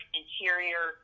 interior